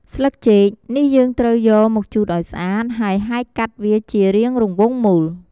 ស្លឹកចេក នេះយើងត្រូវយកមកជូតឱ្យស្អាត ហើយហែកកាត់វាជារាងរង្វង់មូល។